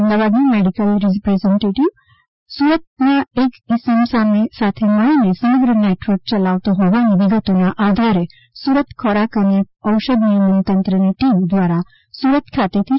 અમદાવાદનો medical representative સુરતના એક ઇસમ સાથે મળીને સમગ્ર નેટવર્ક યલાવતો હોવાની વિગતોના આધારે સુરત ખોરાક અને ઔષધ નિયમનતંત્રની ટીમ દ્વારાસુરત ખાતેથી રૂ